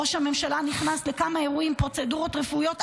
ראש הממשלה נכנס לכמה אירועים של פרוצדורות רפואיות,